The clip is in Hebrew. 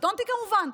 קטונתי כמובן,